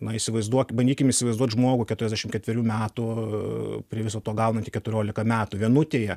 na įsivaizduok bandykim įsivaizduot žmogų keturiasdešim ketverių metų prie viso to gauna tik keturiolika metų vienutėje